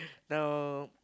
now